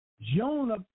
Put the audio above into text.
Jonah